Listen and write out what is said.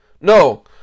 No